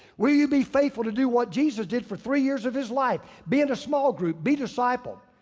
will you be faithful to do what jesus did for three years of his life. be in a small group, be discipled.